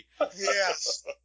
Yes